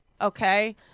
okay